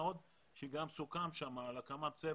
מה עוד שגם סוכם שם על הקמת צוות.